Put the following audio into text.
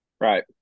Right